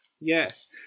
Yes